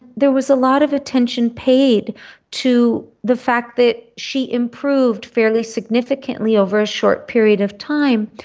there was a lot of attention paid to the fact that she improved fairly significantly over a short period of time.